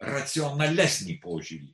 racionalesnį požiūrį